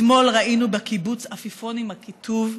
אתמול ראינו בקיבוץ עפיפון עם הכיתוב,